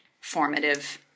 formative